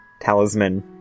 talisman